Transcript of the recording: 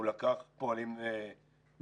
הוא לקח פועלים מקומיים